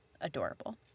adorable